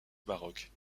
baroque